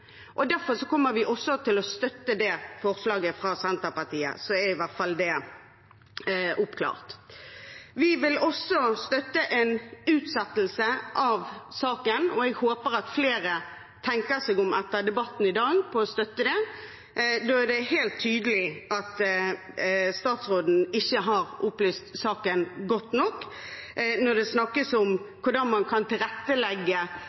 Derfor kommer vi også til å støtte forslaget fra Senterpartiet. Så er i hvert fall det oppklart. Vi vil også støtte en utsettelse av saken, og jeg håper at flere tenker seg om etter debatten i dag når det gjelder å støtte det. Det er helt tydelig at statsråden ikke har opplyst saken godt nok når det snakkes om hvordan man kan tilrettelegge